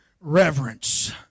reverence